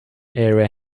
area